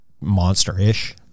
monster-ish